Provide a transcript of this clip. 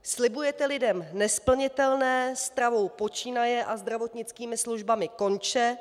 Slibujete lidem nesplnitelné, stravou počínaje a zdravotnickými službami konče.